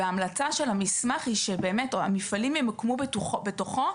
וההמלצה של המסמך היא שבאמת המפעלים ימוקמו בתוכו,